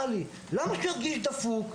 למה שהוא ירגיש אותו דפוק?